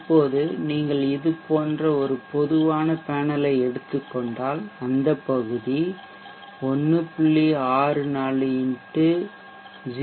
இப்போது நீங்கள் இது போன்ற ஒரு பொதுவான பேனலை எடுத்துக் கொண்டால் அந்த பகுதி 1